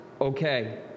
okay